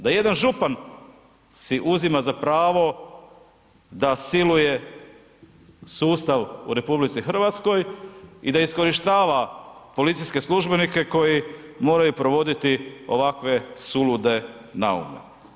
Da jedan župan si uzima za pravo da siluje sustav u RH i da iskorištava policijske službenike koji moraju provoditi ovakve sulude naume.